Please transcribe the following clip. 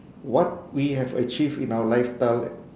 what we have achieved in our lifetime